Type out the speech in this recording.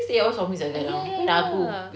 ya ya ya